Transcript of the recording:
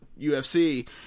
UFC